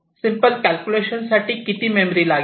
simple calculation साठी किती memory लागेल